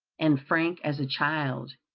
and frank as a child,